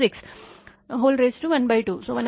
102×10 6 12 तो 1